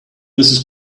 mrs